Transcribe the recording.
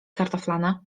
kartoflane